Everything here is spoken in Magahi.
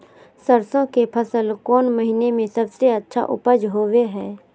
सरसों के फसल कौन महीना में सबसे अच्छा उपज होबो हय?